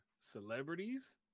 celebrities